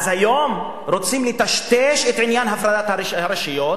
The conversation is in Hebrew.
היום רוצים לטשטש את עניין הפרדת הרשויות,